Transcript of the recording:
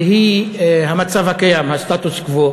והיא המצב הקיים, הסטטוס-קוו,